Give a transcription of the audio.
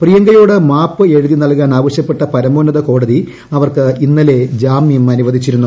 പ്രിയങ്കയോട് മാപ്പ് എഴുതിക്ക്ന്റൽകാൻ ആവശ്യപ്പെട്ട പരമോന്നത കോടതി അവർക്ക് ഇന്നലെ ജാമ്യം അനുവദിച്ചിരുന്നു